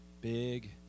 big